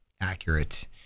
accurate